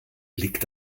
liegt